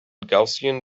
gaussian